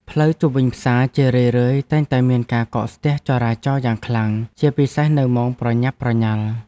ផ្លូវជុំវិញផ្សារជារឿយៗតែងតែមានការកកស្ទះចរាចរណ៍យ៉ាងខ្លាំង ជាពិសេសនៅម៉ោងប្រញាប់ប្រញាល់។